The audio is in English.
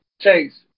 Chase